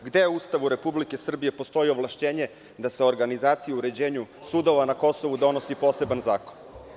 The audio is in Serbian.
Gde u Ustavu Republike Srbije postoji ovlašćenje da se organizacija o uređenju sudova na Kosovu donosi poseban zakon?